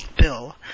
bill